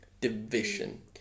division